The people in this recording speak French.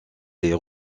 les